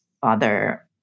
father